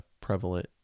prevalent